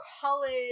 college